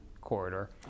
corridor